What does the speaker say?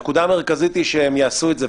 הנקודה המרכזית כדי שהם יעשו את זה,